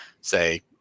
say